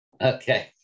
Okay